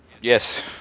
Yes